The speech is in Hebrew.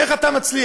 איך אתה מצליח?